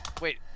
Wait